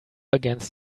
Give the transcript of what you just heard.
against